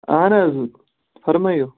اَہَن حظ فرمٲیِو